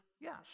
yes